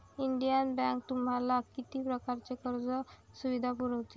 Indian Bank तुम्हाला किती प्रकारच्या कर्ज सुविधा पुरवते?